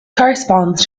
corresponds